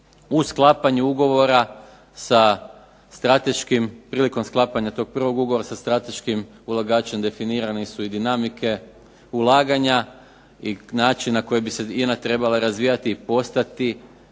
U sklapanju ugovora sa strateškim, prilikom sklapanja tog prvog ugovora sa strateškim ulagačem definirani su i dinamike, ulaganja i način na koji bi se INA trebala razvijati i postati